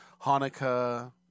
Hanukkah